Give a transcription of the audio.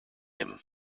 him